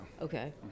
Okay